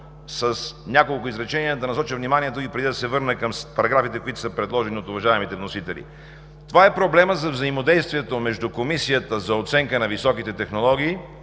с няколко изречения да насоча вниманието Ви, преди да се върна към параграфите, които са предложени от уважаемите вносители. Това е проблемът за взаимодействието между Комисията по оценка на високите технологии,